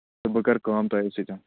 تہٕ بہٕ کرٕ کٲم تۄہی سۭتۍ